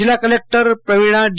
જિલ્લા collector Pravina D